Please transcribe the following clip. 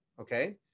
Okay